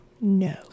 No